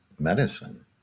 medicine